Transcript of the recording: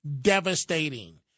Devastating